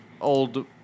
old